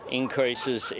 increases